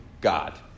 God